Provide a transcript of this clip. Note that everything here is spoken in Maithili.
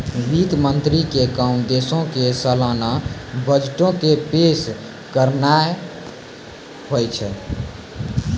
वित्त मंत्री के काम देशो के सलाना बजटो के पेश करनाय होय छै